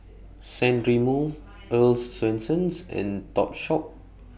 San Remo Earl's Swensens and Topshop